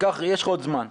יש לך עוד זמן,